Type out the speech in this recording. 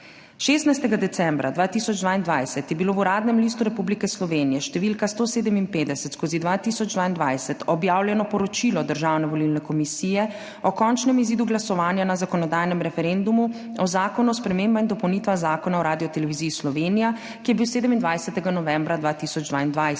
16. decembra 2022 je bilo v Uradnem listu Republike Slovenije št. 157/2022 objavljeno poročilo Državne volilne komisije o končnem izidu glasovanja na zakonodajnem referendumu o Zakonu o spremembah Zakona o dolgotrajni oskrbi, ki je bil 27. novembra 2022.